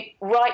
right